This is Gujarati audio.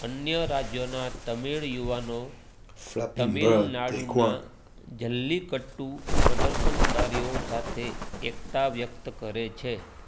અન્ય રાજ્યોના તમિળ યુવાનો તમિલનાડુના જલ્લિકટ્ટુ પ્રદર્શનકારીઓ સાથે એકતા વ્યક્ત કરે છે